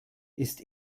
ist